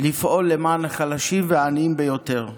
לפעול למען החלשים והעניים ביותר.